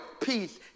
peace